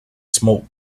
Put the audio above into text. smoke